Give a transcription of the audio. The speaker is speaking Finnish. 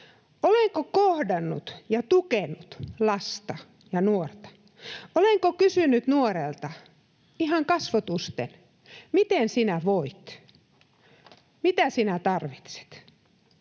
Olenko kohdannut ja tukenut lasta ja nuorta? Olenko kysynyt nuorelta ihan kasvotusten, miten sinä voit, mitä sinä tarvitset?